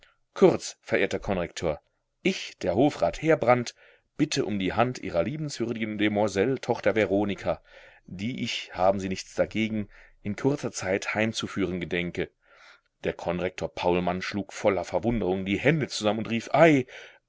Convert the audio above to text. kurz verehrter konrektor ich der hofrat heerbrand bitte um die hand ihrer liebenswürdigen demoiselle tochter veronika die ich haben sie nichts dagegen in kurzer zeit heimzuführen gedenke der konrektor paulmann schlug voller verwunderung die hände zusammen und rief